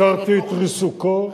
עצרתי את ריסוקו.